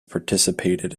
participated